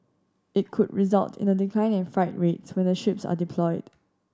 it could result in a decline in freight rates when the ships are deployed